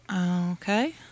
Okay